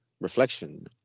Reflection